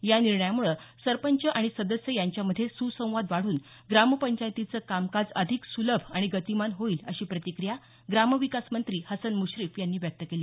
या निर्णयामुळे सरपंच आणि सदस्य यांच्यामध्ये सुसंवाद वाढून ग्रामपंचायतींचं कामकाज अधिक सुलभ आणि गतिमान होईल अशी प्रतिक्रिया ग्रामविकास मंत्री हसन मुश्रीफ यांनी व्यक्त केली